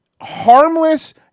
harmless